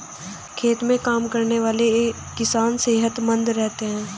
खेत में काम करने वाले किसान सेहतमंद रहते हैं